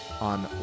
on